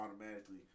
automatically